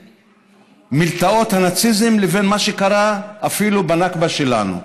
מלתעות הנאציזם לבין מה שקרה אפילו בנכבה שלנו.